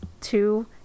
two